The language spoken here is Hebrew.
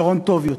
פתרון טוב יותר.